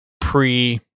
pre